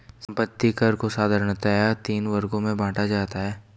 संपत्ति कर को साधारणतया तीन वर्गों में बांटा जाता है